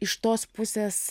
iš tos pusės